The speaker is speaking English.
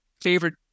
favorite